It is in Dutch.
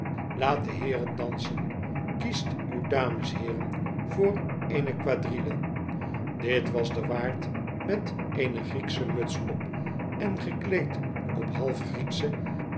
de heeren dansen kiest uwe dames heeren voor eene quadrille dit was de waard met eene grieksche muts op en gekleed op half grieksche